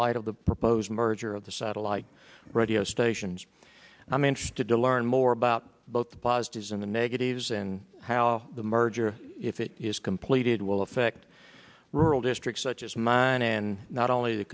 light of the proposed merger of the satellite radio stations and i'm interested to learn more about both positives and negatives and how the merger if it is completed will affect rural districts such as mine and not only the